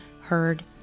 heard